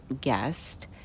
guest